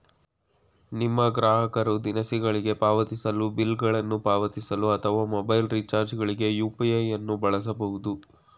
ನಿಮ್ಮ ಗ್ರಾಹಕರು ದಿನಸಿಗಳಿಗೆ ಪಾವತಿಸಲು, ಬಿಲ್ ಗಳನ್ನು ಪಾವತಿಸಲು ಅಥವಾ ಮೊಬೈಲ್ ರಿಚಾರ್ಜ್ ಗಳ್ಗೆ ಯು.ಪಿ.ಐ ನ್ನು ಬಳಸಬಹುದು